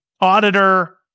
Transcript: Auditor